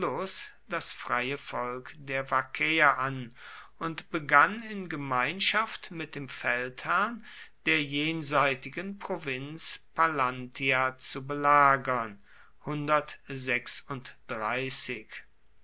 das freie volk der vaccäer an und begann in gemeinschaft mit dem feldherrn der jenseitigen provinz pallantia zu belagern